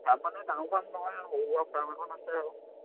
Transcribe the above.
farm মানে ডাঙৰ farm নহয় আৰু সৰু সুৰা ফাৰ্ম এখন আছে আৰু